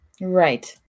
Right